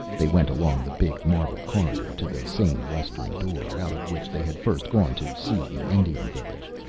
they went along the big marble corridor to the same western door, out of which they had first gone to see the indian village.